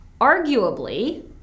Arguably